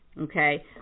Okay